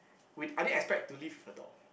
we I didn't expect to leave a dog